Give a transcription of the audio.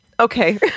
Okay